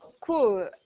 cool